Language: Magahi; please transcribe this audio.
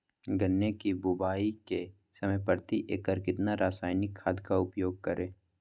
गन्ने की बुवाई के समय प्रति एकड़ कितना रासायनिक खाद का उपयोग करें?